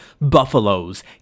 buffaloes